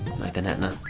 night and ehtna